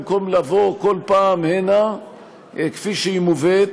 במקום לבוא כל פעם הנה כפי שהיא מובאת,